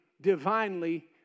divinely